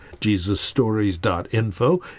JesusStories.info